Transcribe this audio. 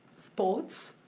sports.